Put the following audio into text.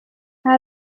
هذا